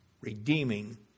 Redeeming